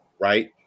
right